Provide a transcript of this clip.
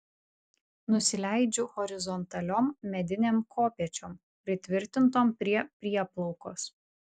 nusileidžiu horizontaliom medinėm kopėčiom pritvirtintom prie prieplaukos